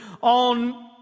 on